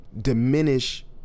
diminish